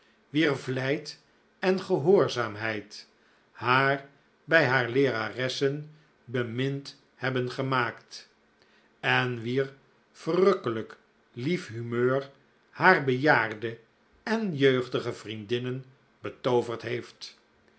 wier vlijt en gehoorzaamheid haar bij haar leeraressen bemind hebben gemaakt en wier verrukkelijf lief humeur haar bejaarde en jeugdige vriendinnen betooverd heeft